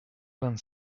vingt